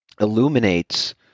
illuminates